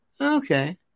Okay